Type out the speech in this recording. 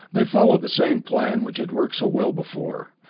they followed the same plan which had worked so well before.